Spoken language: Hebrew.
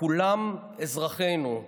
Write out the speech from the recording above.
כולם אזרחינו.